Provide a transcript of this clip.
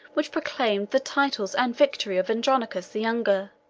which proclaimed the titles and victory of andronicus the younger